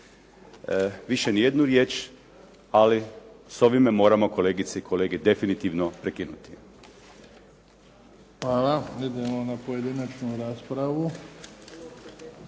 više ni jednu riječ, ali sa ovime moramo kolegice i kolege definitivno prekinuti. **Bebić, Luka (HDZ)** Hvala. Idemo na pojedinačnu raspravu.